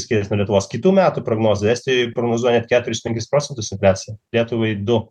skirias nuo lietuvos kitų metų prognozėj estijoj prognozuoja net keturis penkis procentus infliaciją lietuvai du